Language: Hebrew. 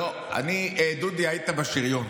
דודי, היית בשריון.